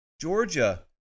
Georgia